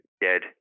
dead